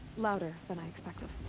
louder than i expected.